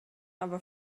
aber